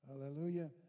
Hallelujah